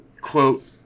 Quote